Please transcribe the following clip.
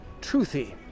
truthy